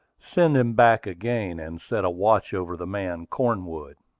send him back again, and set a watch over the man cornwood.